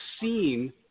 seen